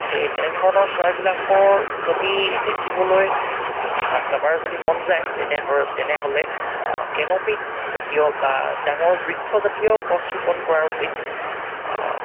সেই তেনেধৰণৰ চৰাইবিলাকৰ যদি দেখিবলৈ বা কাৰোবাৰ যদি মন যায় তেনেহৰ তেনেহ'লে কেনপিজাতীয় বা ডাঙৰ বৃক্ষজাতীয় গছ ৰুপণ কৰা উচিত